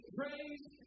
praise